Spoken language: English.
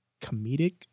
comedic